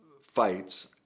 fights